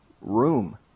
room